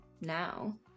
now